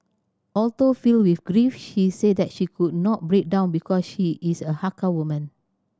although filled with grief she said that she could not break down because she is a Hakka woman